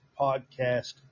podcast